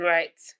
Right